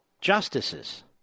justices